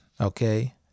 okay